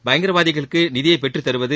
பயங்கரவாதிகளுக்கு நிதியை பெற்றுத்துருவது